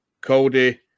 Cody